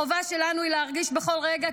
החובה שלנו היא להרגיש בכל רגע,